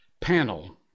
panel